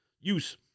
use